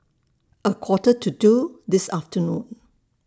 A Quarter to two This afternoon